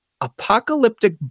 apocalyptic